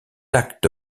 acte